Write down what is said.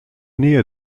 nähe